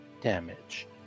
damage